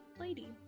lady